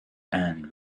and